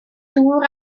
dŵr